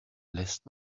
lässt